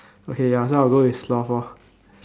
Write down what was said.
okay ya so I'll go with sloth lor